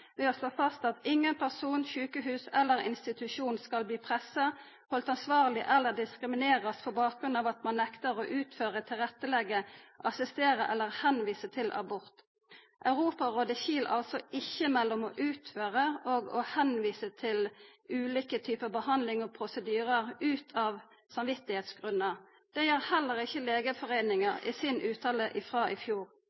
fast at ingen person, sjukehus eller institusjon skal verta pressa, haldne ansvarlege eller diskriminerte på bakgrunn av at ein nektar å utføra, tilretteleggja for, assistera ved eller tilvisa til abort. Europarådet skil altså ikkje mellom å utføra og å tilvisa til ulike typar behandling og prosedyrar av samvitsgrunnar. Det gjer heller ikkje